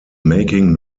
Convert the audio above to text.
making